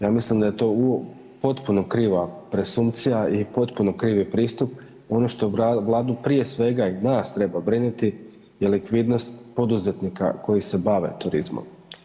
Ja mislim da je to potpuno kriva presumpcija i potpuno krivi pristup, ono što Vladu prije svega i nas treba brinuti je likvidnost poduzetnika koji se bave turizmom.